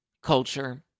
Culture